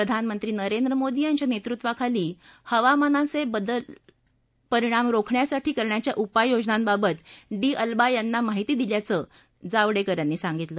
प्रधानमंत्री नरेंद्र मोदी यांच्या नेतृत्वाखाली हवामान बदलाचे परिणाम रोखण्यासाठी करण्याच्या उपाययोजनांबाबत डी अल्बा यांना माहिती दिल्याचं जावडेकर यांनी सांगितलं